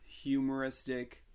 humoristic